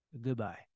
goodbye